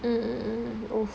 mmhmm mmhmm mmhmm !oof!